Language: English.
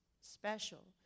special